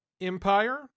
empire